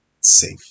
safe